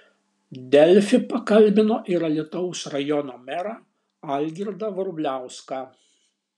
delfi pakalbino ir alytaus rajono merą algirdą vrubliauską